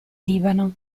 libano